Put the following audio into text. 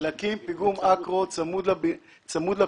צריך להקים פיגום אקרו צמוד לפיגום,